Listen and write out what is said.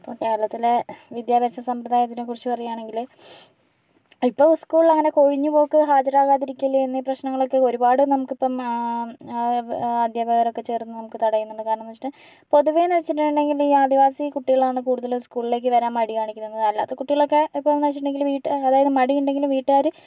ഇപ്പോൾ കേരളത്തിലെ വിദ്യാഭ്യാസ സമ്പ്രദായത്തിനെക്കുറിച്ച് പറയുകയാണെങ്കില് ഇപ്പോൾ സ്കൂളിലങ്ങനെ കൊഴിഞ്ഞ് പോക്ക് ഹാജറാവാതിരിക്കല് എന്നീ പ്രശ്നങ്ങളൊക്കെ ഒരുപാട് നമുക്കിപ്പോൾ അദ്ധ്യാപകരൊക്കെ ചേർന്ന് നമുക്ക് തടയുന്നുണ്ട് കാരണമെന്ന് വച്ചിട്ടുണ്ടെങ്കിൽ പൊതുവേ വെച്ചിട്ടുണ്ടെങ്കിൽ ഈ ആദിവാസി കുട്ടികളാണ് കൂടുതലും സ്കൂളിലേക്ക് വരാൻ മടി കാണിക്കുന്നത് അല്ലാത്ത കുട്ടികളൊക്കെ ഇപ്പോഴെന്ന് വെച്ചിട്ടുണ്ടെങ്കില് വീട്ട് അതായത് മടിയുണ്ടെങ്കിലും വീട്ടുക്കാര്